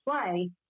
play